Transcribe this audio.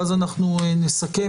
ואז אנחנו נסכם.